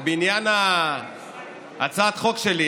ובעניין הצעת החוק שלי,